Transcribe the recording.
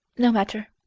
no matter.